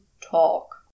talk